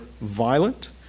violent